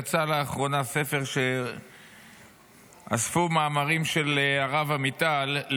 יצא לאחרונה ספר שבו אספו מאמרים של הרב עמיטל,